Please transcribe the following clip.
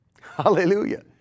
hallelujah